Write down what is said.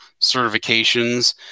certifications